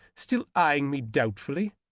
still eying me doubtfully,